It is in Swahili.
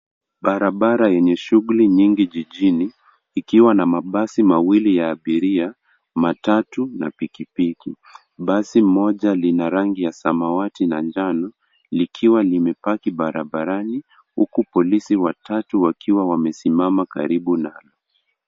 Barabara yenye shughuli nyingi jijini, ikiwa na mabasi mawili ya abiria, matatu na pikipiki. Basi moja lina rangi ya samawati na jano, likiwa limepaki barabarani, huku polisi watatu wakiwa wamesimama karibu nalo.